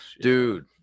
Dude